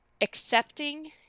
accepting